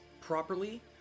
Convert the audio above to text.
properly